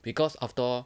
because after all